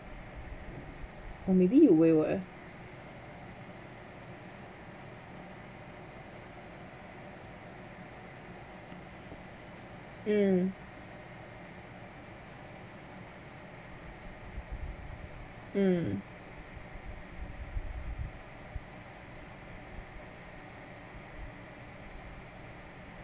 maybe you will ah mm mm